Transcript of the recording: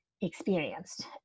experienced